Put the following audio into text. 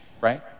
right